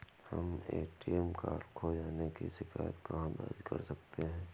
हम ATM card खो जाने की शिकायत कहाँ दर्ज कर सकते हैं?